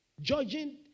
Judging